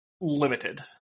limited